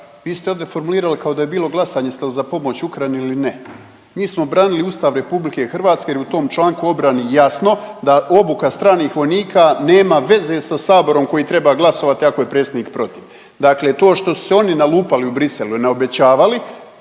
Vi ste ovdje formulirali kao da je bilo glasanje jeste li za pomoć Ukrajini ili ne. Mi smo branili Ustav RH jer je u tom članku o obrani jasno da obuka stranih vojnika nema veze sa saborom koji treba glasovati ako je predsjednik protiv. Dakle, to što su se oni nalupali u Bruxellesu i naobećavali